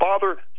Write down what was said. Father